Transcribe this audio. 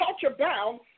culture-bound